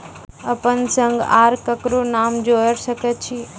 अपन संग आर ककरो नाम जोयर सकैत छी?